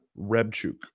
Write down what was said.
rebchuk